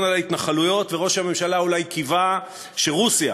על ההתנחלויות וראש הממשלה אולי קיווה שרוסיה,